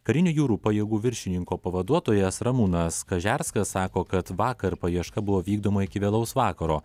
karinių jūrų pajėgų viršininko pavaduotojas ramūnas kažerskas sako kad vakar paieška buvo vykdoma iki vėlaus vakaro